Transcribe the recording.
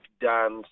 dance